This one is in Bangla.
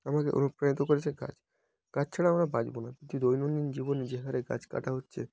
আমাকে অনুপ্রাণিত করেছে গাছ গাছ ছাড়া আমরা বাঁচব না যে দৈনন্দিন জীবনে যে হারে গাছ কাটা হচ্ছে